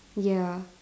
ya